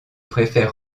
préfère